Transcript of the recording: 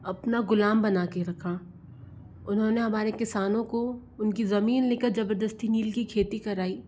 अपना गहुलाम बना कर रखा उन्होंने हमारे किसानों को उनकी ज़मीन ले कर ज़बरदस्ती नील की खेती कराई